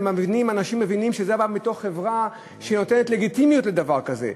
אנשים מבינים שזה בא מתוך חברה שנותנת לגיטימיות לדבר כזה.